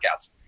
workouts